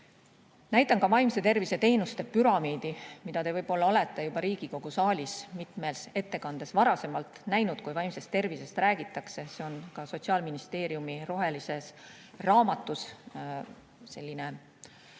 Näitan ka vaimse tervise teenuste püramiidi, mida te olete juba Riigikogu saalis mitmes ettekandes varasemalt näinud, kui vaimsest tervisest on räägitud. See on Sotsiaalministeeriumi rohelises raamatus selline kandev